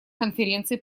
конференции